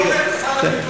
רק לשר הכלכלה,